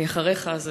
אני אחריך, אז